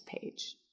page